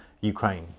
Ukraine